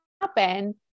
happen